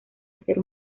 hacer